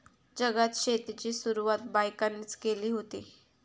जगात शेतीची सुरवात बायकांनीच केली हुती